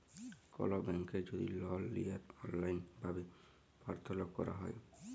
call ব্যাংকে যদি লল লিয়ার অললাইল ভাবে পার্থলা ক্যরা হ্যয়